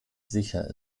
sicher